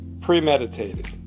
Premeditated